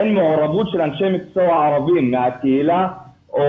אין מעורבות של אנשי מקצוע ערבים מהקהילה או